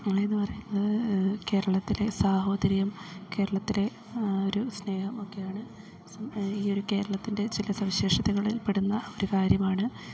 ഉള്ളതെന്ന് പറയുന്നത് കേരളത്തിലെ സാഹോദര്യം കേരളത്തിലെ ഒരു സ്നേഹം ഒക്കെയാണ് ഈയൊരു കേരളത്തിൻ്റെ ചില സവിശേഷതകളിൽപ്പെടുന്ന ഒരു കാര്യമാണ്